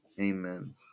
Amen